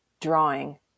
drawing